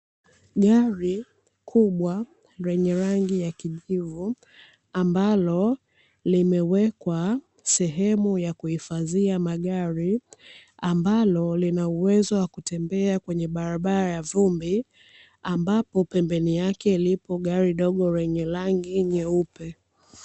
Gari kubwa yenye rangi ya kijivu, ambalo limewekwa sehemu ya kuhifadhia magari, ambalo lina uwezo wa kutembea kwenye barabara ya vumbi, ambapo pembeni yake lipo gari dogo lenye rangi nyeupe.